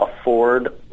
afford